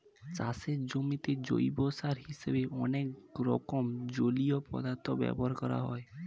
চাষের জমিতে জৈব সার হিসেবে অনেক রকম জলীয় পদার্থ ব্যবহার করা হয়